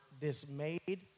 dismayed